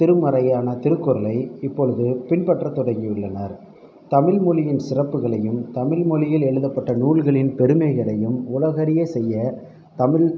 திருமறையான திருக்குறளை இப்பொழுது பின்பற்ற தொடங்கி உள்ளனர் தமிழ் மொழியின் சிறப்புகளையும் தமிழ் மொழியில் எழுதப்பட்ட நூல்களின் பெருமைகளையும் உலகறிய செய்ய தமிழ்